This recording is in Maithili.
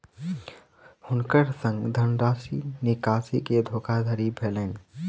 हुनकर संग धनराशि निकासी के धोखादड़ी भेलैन